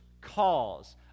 cause